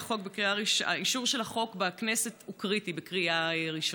האישור של החוק בכנסת הוא קריטי בקריאה ראשונה.